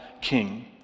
King